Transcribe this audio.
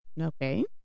Okay